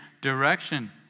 direction